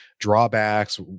drawbacks